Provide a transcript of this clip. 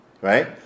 right